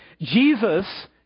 Jesus